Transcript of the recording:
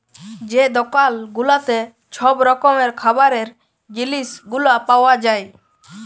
যে দকাল গুলাতে ছব রকমের খাবারের জিলিস গুলা পাউয়া যায়